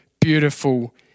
beautiful